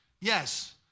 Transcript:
Yes